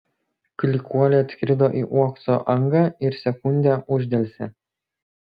klykuolė atskrido į uokso angą ir sekundę uždelsė